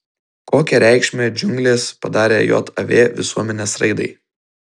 kokią reikšmę džiunglės padarė jav visuomenės raidai